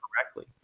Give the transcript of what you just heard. correctly